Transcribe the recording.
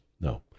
No